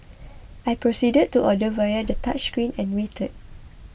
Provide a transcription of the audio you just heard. I proceeded to order via the touchscreen and waited